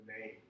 name